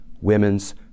women's